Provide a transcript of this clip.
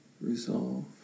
resolve